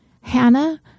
Hannah